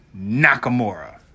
Nakamura